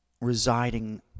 residing